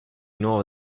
nuovo